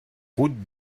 route